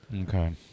Okay